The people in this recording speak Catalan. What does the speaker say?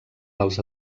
dels